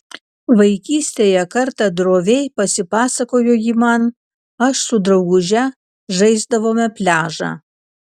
vaikystėje kartą droviai pasipasakojo ji man aš su drauguže žaisdavome pliažą